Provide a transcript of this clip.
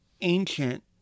ancient